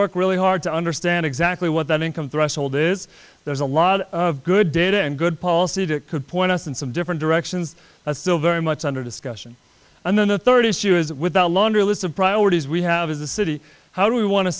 work really hard to understand exactly what that income threshold is there's a lot of good data and good policy to point out and some different directions that's still very much under discussion and then the third issue is with a laundry list of priorities we have as a city how do we wan